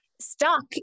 stuck